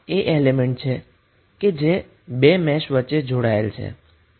આ એ એલીમેન્ટ છે કે જે બે મેશ વચ્ચે જોડાયેલ છે